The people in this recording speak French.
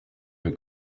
veux